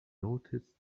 noticed